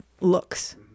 looks